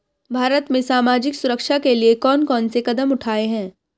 भारत में सामाजिक सुरक्षा के लिए कौन कौन से कदम उठाये हैं?